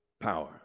power